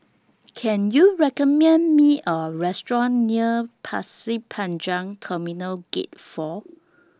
Can YOU recommend Me A Restaurant near Pasir Panjang Terminal Gate four